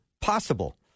possible